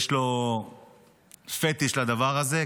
יש לו פטיש לדבר הזה,